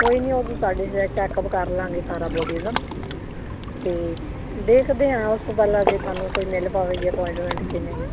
ਕੋਈ ਨਹੀਂ ਉਦੋਂ ਸਾਡੇ ਚੈੱਕ ਅਪ ਕਰ ਲਵਾਂਗੇ ਸਾਰਾ ਬੋਡੀ ਦਾ ਅਤੇ ਦੇਖਦੇ ਹਾਂ ਉਸ ਤੋਂ ਪਹਿਲਾਂ ਜੇ ਤੁਹਾਨੂੰ ਕੋਈ ਮਿਲ ਪਾਵੇਗੀ ਅਪੁਆਇੰਟਮੈਂਟ ਕਿ ਨਹੀਂ